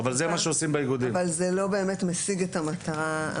אבל זה לא באמת משיג את המטרה.